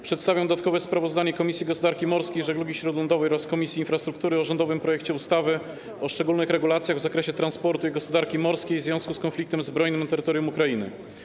Przedstawiam dodatkowe sprawozdanie Komisji Gospodarki Morskiej i Żeglugi Śródlądowej oraz Komisji Infrastruktury o rządowym projekcie ustawy o szczególnych regulacjach w zakresie transportu i gospodarki morskiej w związku z konfliktem zbrojnym na terytorium Ukrainy.